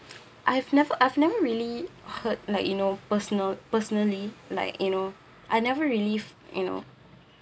I've never I've never really heard like you know personal personally like you know I never really you know